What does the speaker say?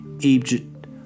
Egypt